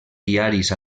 diaris